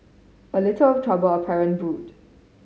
a little trouble apparent brewed